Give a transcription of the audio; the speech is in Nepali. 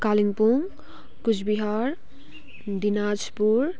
कालिम्पोङ कुचबिहार दिनाजपुर